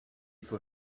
faut